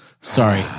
Sorry